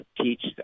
teach